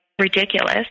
ridiculous